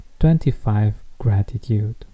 25GRATITUDE